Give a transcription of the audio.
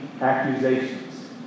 accusations